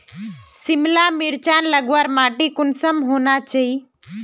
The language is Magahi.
सिमला मिर्चान लगवार माटी कुंसम होना चही?